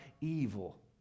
evil